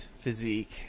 physique